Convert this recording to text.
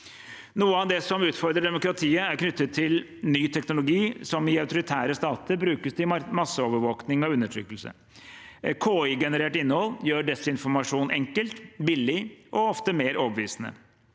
Noe av det som utfordrer demokratiet, er knyttet til ny teknologi som i autoritære stater brukes til masseovervåking og undertrykkelse. KI-generert innhold gjør desinformasjon enkelt, billig og ofte mer overbevisende.